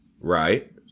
right